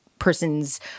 person's